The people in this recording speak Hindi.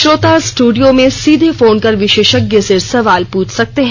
श्रोता स्टूडियो में सीधे फोन कर विशेषज्ञ से सवाल पूछ सकते हैं